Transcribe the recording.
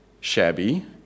shabby